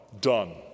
Done